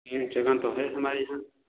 ये जगह तो है हमारे यहाँ